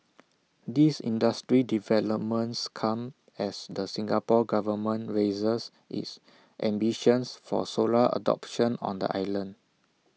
these industry developments come as the Singapore Government raises its ambitions for solar adoption on the island